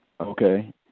okay